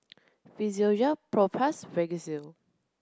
Physiogel Propass Vagisil